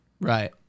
Right